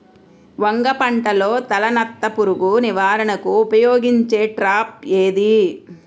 వంగ పంటలో తలనత్త పురుగు నివారణకు ఉపయోగించే ట్రాప్ ఏది?